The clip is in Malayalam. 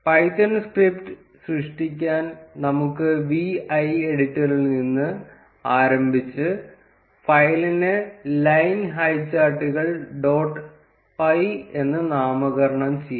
പൈത്തൺ സ്ക്രിപ്റ്റ് സൃഷ്ടിക്കാൻ നമുക്ക് vi എഡിറ്ററിൽ നിന്ന് ആരംഭിച്ച് ഫയലിന് ലൈൻ ഹൈചാർട്ടുകൾ ഡോട്ട് പൈ എന്ന് നാമകരണം ചെയ്യാം